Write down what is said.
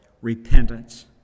repentance